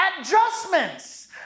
adjustments